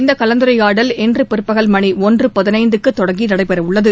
இந்த கலந்துரையாடல் இன்று பிற்பகல் மணி ஒன்று பதினைந்துக்கு தொடங்கி நடைபெறவுள்ளது